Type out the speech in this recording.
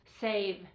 save